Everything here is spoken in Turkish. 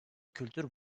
kültür